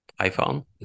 iPhone